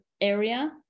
area